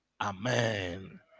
Amen